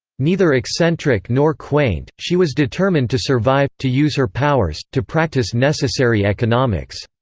neither eccentric nor quaint she was determined to survive, to use her powers, to practice necessary economics.